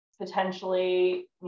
potentially